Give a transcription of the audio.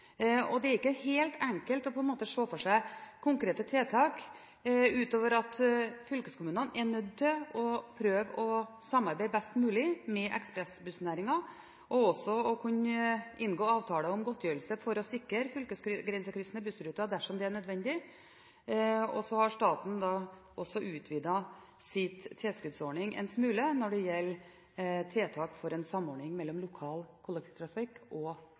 Det er ikke helt enkelt å se for seg konkrete tiltak utover at fylkeskommunene er nødt til å prøve å samarbeide best mulig med ekspressbussnæringen og også kunne inngå avtaler om godtgjørelser for å sikre fylkesgrensekryssende bussruter dersom det er nødvendig. Og så har staten også utvidet sin tilskuddsordning en smule når det gjelder tiltak for en samordning mellom lokal kollektivtrafikk og